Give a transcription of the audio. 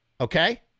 okay